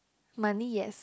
money yes